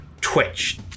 twitch